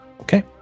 Okay